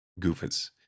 Goofus